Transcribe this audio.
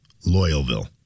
Loyalville